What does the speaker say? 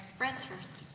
brett's first.